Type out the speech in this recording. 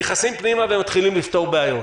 נכנסים פנימה ומתחילים לפתור בעיות.